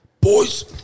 boys